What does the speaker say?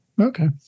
Okay